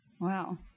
Wow